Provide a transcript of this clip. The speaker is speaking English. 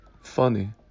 funny